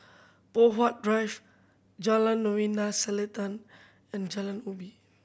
Poh Huat Drive Jalan Novena Selatan and Jalan Ubi